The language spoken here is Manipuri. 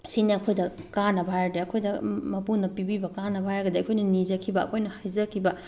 ꯁꯤꯅ ꯑꯩꯈꯣꯏꯗ ꯀꯥꯟꯅꯕ ꯍꯥꯏꯔꯗꯤ ꯑꯩꯈꯣꯏꯗ ꯃꯄꯨꯅ ꯄꯤꯕꯤꯕ ꯀꯥꯟꯅꯕ ꯍꯥꯏꯔꯒꯗꯤ ꯑꯩꯈꯣꯏꯅ ꯅꯤꯖꯈꯤꯕ ꯑꯩꯈꯣꯏꯅ ꯍꯥꯏꯖꯈꯤꯕ